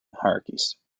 hierarchies